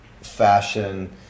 fashion